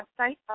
website